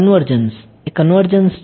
એ જ કન્વર્જન્સ છે